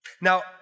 Now